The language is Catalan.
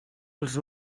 els